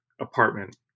apartment